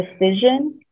decision